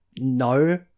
no